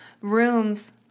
rooms